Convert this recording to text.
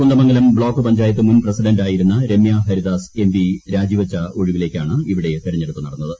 Kunnamangalam block panchayat മുൻ പ്രസിഡന്റായിരുന്ന Ramya Haridas M P രാജിവെച്ച ഒഴിവിലേക്കാണ് ഇവിടെ തെരഞ്ഞെടുപ്പ് നടന്നത്